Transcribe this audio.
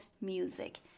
music